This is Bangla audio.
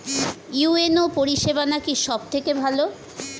ইউ.এন.ও পরিসেবা নাকি সব থেকে ভালো?